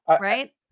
Right